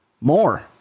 more